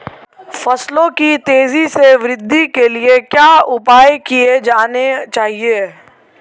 फसलों की तेज़ी से वृद्धि के लिए क्या उपाय किए जाने चाहिए?